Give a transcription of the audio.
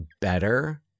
better